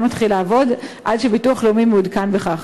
מתחיל לעבוד עד שביטוח לאומי מעודכן בכך.